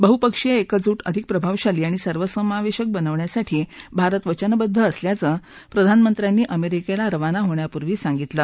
बहुपक्षीय एकजूट अधिक प्रभावशाली आणि सर्वसमावेशक बनवण्यासाठी भारत वचनबद्ध असल्याचं प्रधानमंत्र्यांनी अमेरिकेला रवाना होण्यापूर्वी सांगितलं